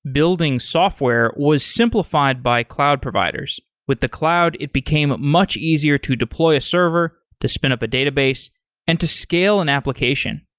building software was simplified by cloud providers. with the cloud, it became much easier to deploy a server, to spin up a database and to scale an application.